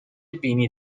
بینی